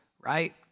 right